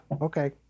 okay